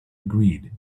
agreed